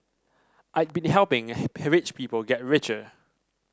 I'd been helping rich people get richer